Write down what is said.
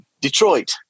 Detroit